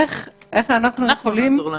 איך אנחנו יכולים